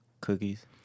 cookies